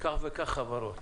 -- בכך וכך חברות.